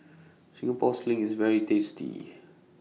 Singapore Sling IS very tasty